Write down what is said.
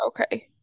okay